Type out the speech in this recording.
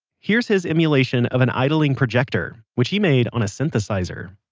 here's his emulation of an idling projector, which he made on a synthesizer